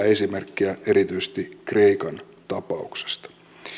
esimerkkejä erityisesti kreikan tapauksesta